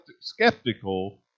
skeptical